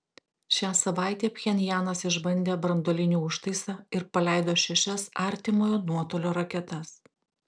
šią savaitę pchenjanas išbandė branduolinį užtaisą ir paleido šešias artimojo nuotolio raketas